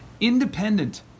independent